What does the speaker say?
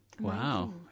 Wow